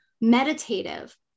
meditative